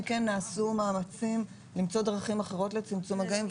כן נעשו מאמצים למצוא דרכים אחרים לצמצום מגעים.